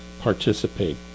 participate